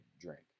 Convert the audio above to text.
drink